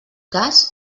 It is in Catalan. cas